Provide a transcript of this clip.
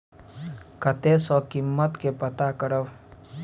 कतय सॅ कीमत के पता करब?